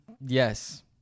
Yes